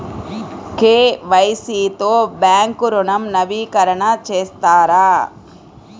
KYC తో bank ఋణం నవీకరణ చేస్తారా?